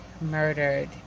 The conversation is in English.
murdered